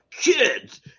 Kids